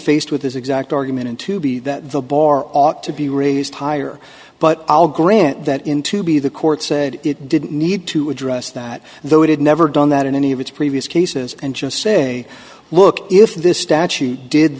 faced with this exact argument in to be that the bar ought to be raised higher but i'll grant that in to be the court said it didn't need to address that though it had never done that in any of its previous cases and just say look if this statute did